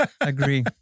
agree